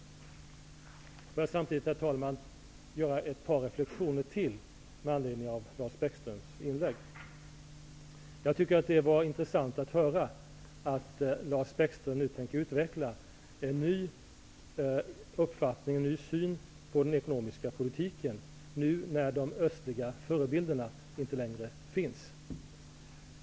Jag vill samtidigt, herr talman, göra ytterligare ett par reflektioner med anledning av Lars Bäckströms inlägg. Jag tycker att det var intressant att höra att Lars Bäckström nu, när de östliga förebilderna inte längre finns, tänker utveckla en ny syn på den ekonomiska politiken.